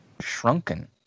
shrunken